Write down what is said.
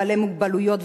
בעלי מוגבלויות,